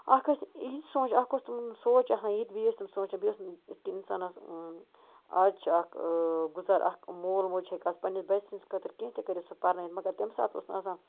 اَکھ ٲسۍ یہِ تہِ سونچ اکھ اوس تِمن ہُنٛد سونٛچان آسان یہِ تہِ بیٚیہِ ٲسۍ تِم سونٛچان بیٚیہِ اوس اِتھ کٔنۍ اِنسان آز چھُ اَکھ گُزر اَکھ مول موج ہیٚکہِ آز پننہِ بَچہِ سنٛز خٲطرٕ کیٚنٛہہ تہِ کٔرتھ سُہ پرنٲیتھ مگر تَمہِ ساتہٕ اوس نہٕ آسان